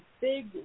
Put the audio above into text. big